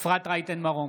אפרת רייטן מרום,